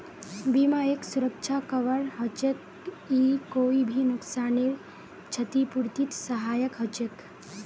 बीमा एक सुरक्षा कवर हछेक ई कोई भी नुकसानेर छतिपूर्तित सहायक हछेक